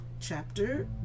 chapter